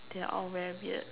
they're all very weird